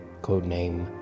codename